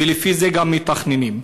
ולפי זה גם מתכננים.